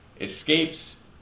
escapes